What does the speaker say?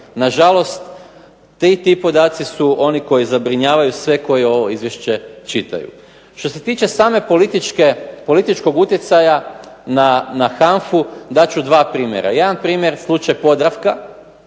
na žalost ti podaci koji zabrinjavaju sve koji ovo Izvješće čitaju. Što se tiče samog političkog utjecaja na HANFA-u dat ću dva primjera. Jedan primjer slučaj Podravka,